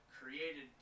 created